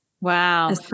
Wow